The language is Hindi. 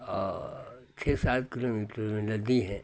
और छह सात किलोमीटर में नदी हैं